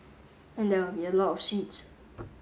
and there will be a lot of seeds